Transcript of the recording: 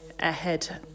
ahead